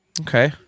Okay